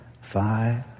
five